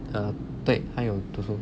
err 对还有读书